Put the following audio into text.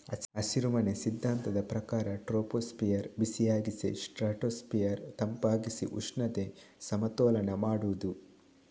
ಹಸಿರುಮನೆ ಸಿದ್ಧಾಂತದ ಪ್ರಕಾರ ಟ್ರೋಪೋಸ್ಫಿಯರ್ ಬಿಸಿಯಾಗಿಸಿ ಸ್ಟ್ರಾಟೋಸ್ಫಿಯರ್ ತಂಪಾಗಿಸಿ ಉಷ್ಣತೆ ಸಮತೋಲನ ಮಾಡುದು